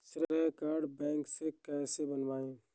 श्रेय card bank से कैसे बनवाएं?